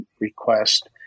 request